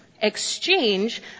exchange